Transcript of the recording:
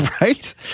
Right